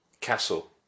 Castle